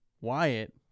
Wyatt